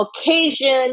occasion